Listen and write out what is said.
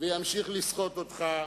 וימשיך לסחוט אותך.